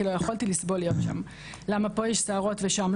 לא יכולתי לסבול להיות שם: "למה פה יש שערות ולא שם?